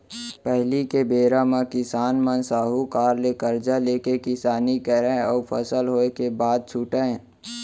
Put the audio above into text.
पहिली बेरा म किसान मन साहूकार ले करजा लेके किसानी करय अउ फसल होय के बाद छुटयँ